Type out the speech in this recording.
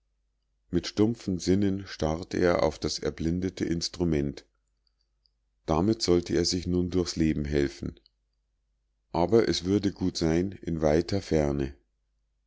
mit stumpfen sinnen starrte er auf das erblindete instrument damit sollte er sich nun durchs leben helfen aber es würde gut sein in weiter ferne